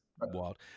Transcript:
wild